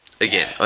Again